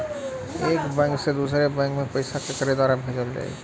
एक बैंक से दूसरे बैंक मे पैसा केकरे द्वारा भेजल जाई?